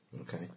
Okay